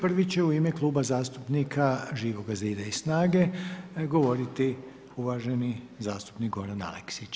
Prvi će u ime Kluba zastupnika Živoga zida i SNAGE govoriti uvaženi zastupnik Goran Aleksić.